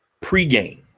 pregame